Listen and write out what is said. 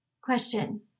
Question